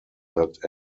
that